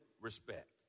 respect